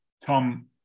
Tom